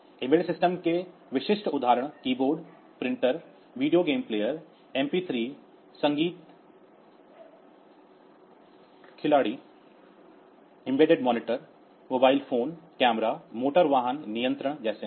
embedded system के विशिष्ट उदाहरण keyboard printer video game player MP 3 संगीत खिलाड़ी embedded monitor mobile phone camera motor वाहन नियंत्रण जैसे हैं